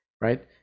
Right